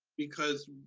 because